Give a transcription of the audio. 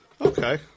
Okay